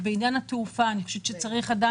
על תכנית אב לתחבורה בבאר שבע והסביבה שזה דבר שבירושלים